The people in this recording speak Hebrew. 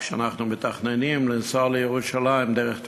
כשאנחנו מתכננים לנסוע לירושלים דרך טבריה,